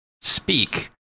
speak